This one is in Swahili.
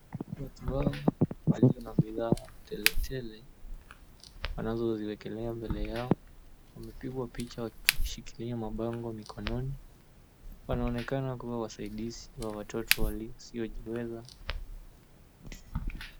𝑊𝑎𝑡𝑢 hawa walio na bidhaa tele tele wanazoziwekelea mbele yao wamepigwa picha wakishikilia mabango mikononi wanaonekana kuwa wasaidizi wa watoto waliosijiweza.